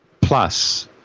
Plus